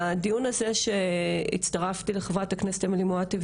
הדיון הזה שאליו הצטרפתי לחברת הכנסת אמילי מואטי,